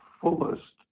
fullest